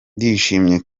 ndishimye